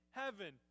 heaven